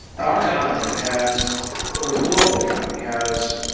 our economy has or the global economy has.